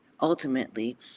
ultimately